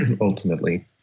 ultimately